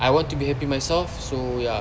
I want to be happy myself so ya